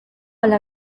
ala